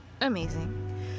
Amazing